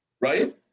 right